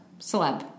celeb